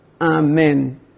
Amen